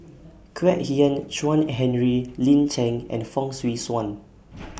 Kwek Hian Chuan Henry Lin Chen and Fong Swee Suan